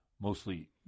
mostly